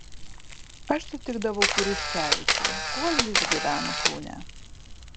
aš sutikdavau griškevičių kol jis gyveno kaune